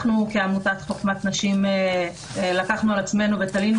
כעמותת "חוכמת נשים" לקחנו על עצמנו ותלינו